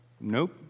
Nope